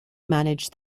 managed